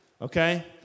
okay